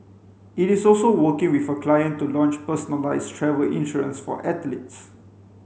it is also working with a client to launch personalised travel insurance for athletes